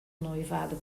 noivado